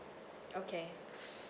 okay